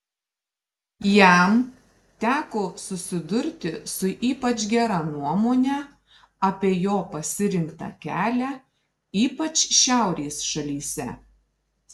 jam teko susidurti su ypač gera nuomone apie jo pasirinktą kelią ypač šiaurės šalyse